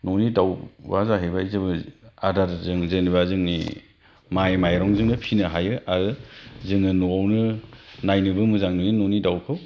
न'नि दाउआ जाहैबाय जोङो आदारजों जेनेबा जोंनि माइ माइरंजोंनो फिसिनो हायो आरो जोङो न'आवनो नायनोबो मोजां नुयो न'नि दाउखौ